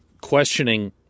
questioning